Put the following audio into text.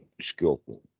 skillful